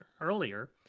earlier